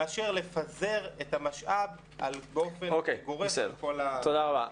מאשר לפזר את המשאב באופן גורף על כל --- תודה רבה.